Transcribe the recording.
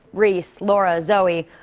reese, laura, zoe,